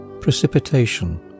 Precipitation